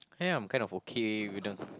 I am kind of okay if you don't